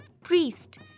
priest